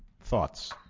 Thoughts